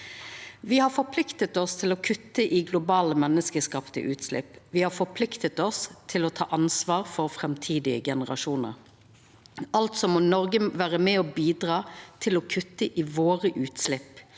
Me har forplikta oss til å kutta i globale menneskeskapte utslepp. Me har forplikta oss til å ta ansvar for framtidige generasjonar. Noreg må altså vera med og bidra til å kutta i våre utslepp,